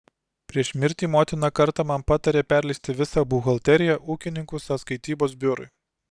prieš mirtį motina kartą man patarė perleisti visą buhalteriją ūkininkų sąskaitybos biurui